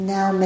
Now